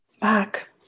back